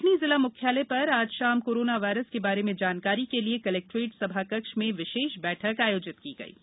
कटनी जिला मुख्यालय पर आज शाम कोरोना वायरस के बारे में जानकारी के लिये कलेक्टेट सभा कक्ष में विशेष बैठक आयोजित की गई है